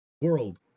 world